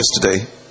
yesterday